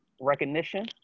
Recognition